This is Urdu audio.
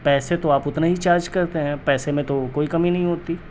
پیسے تو آپ اتنے ہی چارج کرتے ہیں پیسے میں تو کوئی کمی نہیں ہوتی